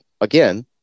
again